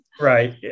right